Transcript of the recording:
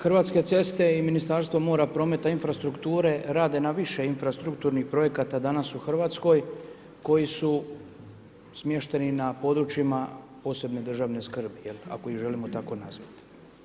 Hrvatske ceste i Ministarstvo mora, prometa i infrastrukture rade na više infrastrukturnih projekata danas u Hrvatskoj koji su smješteni na područjima od posebne državne skrbi, ako ih želimo tako nazvati.